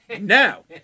Now